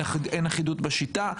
אין אחידות בשיטה,